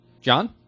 John